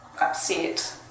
upset